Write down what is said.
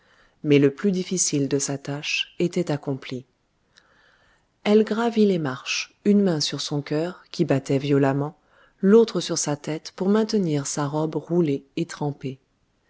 mais le plus difficile de sa tâche était accompli elle gravit les marches une main sur son cœur qui battait violemment l'autre sur sa tête pour maintenir sa robe roulée et trempée